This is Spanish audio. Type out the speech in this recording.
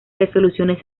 resoluciones